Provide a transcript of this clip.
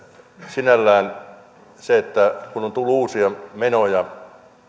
sinällään se että on tullut uusia menoja